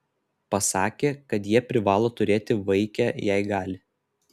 pasakė kad jie privalo turėti vaikę jei gali